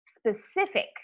specific